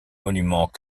monuments